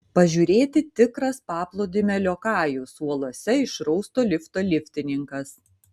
pažiūrėti tikras paplūdimio liokajus uolose išrausto lifto liftininkas